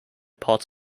parts